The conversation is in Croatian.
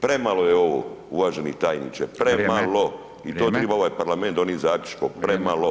Premalo je ovo uvaženi tajniče, premalo [[Upadica: Vrijeme.]] i to triba ovaj parlament donijet zaključkom, premalo.